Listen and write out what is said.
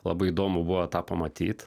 labai įdomu buvo tą pamatyt